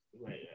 Right